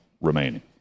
remaining